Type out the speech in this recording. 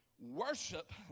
worship